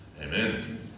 Amen